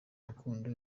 rukundo